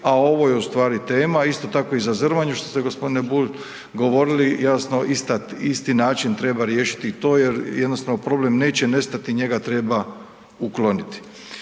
a ovo je u stvari tema isto tako i za Zrmanju što ste gospodine Bulj govorili. Jasno isti način treba riješiti i to jer jednostavno problem neće nestati, njega treba ukloniti.